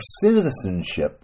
citizenship